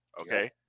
okay